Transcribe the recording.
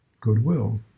goodwill